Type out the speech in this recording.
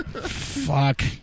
Fuck